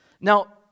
Now